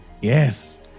yes